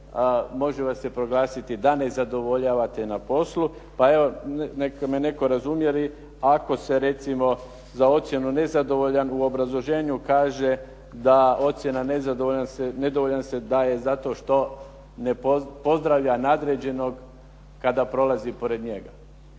može vas se proglasiti da ne zadovoljavate na poslu pa evo neka me netko razumije, jer ako se recimo za ocjenu nezadovoljan u obrazloženju kaže da ocjena nedovoljan se daje zato što ne pozdravlja nadređenog kada prolazi pored njega.